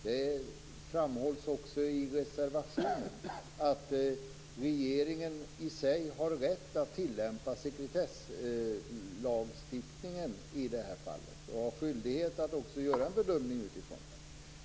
Det framhålls i reservationen att regeringen i sig har rätt att tillämpa sekretesslagstiftningen i det här fallet och också har skyldighet att göra en bedömning utifrån det.